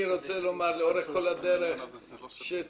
אני רוצה לומר, לאורך כל הדרך, תמיד